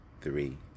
three